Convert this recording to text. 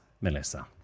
Melissa